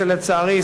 שלצערי,